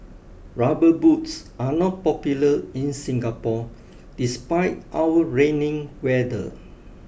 rubber boots are not popular in Singapore despite our rainy weather